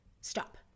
stop